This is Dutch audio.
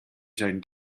zijn